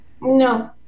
No